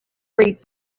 great